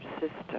system